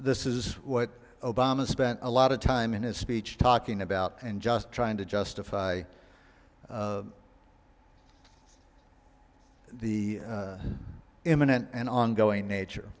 this is what obama spent a lot of time in his speech talking about and just trying to justify the imminent and ongoing nature